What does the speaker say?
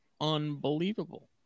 unbelievable